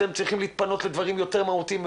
אתם צריכים להתפנות לדברים יותר מהותיים,